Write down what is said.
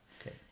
Okay